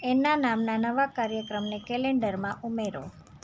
એના નામના નવા કાર્યક્રમને કેલેન્ડરમાં ઉમેરો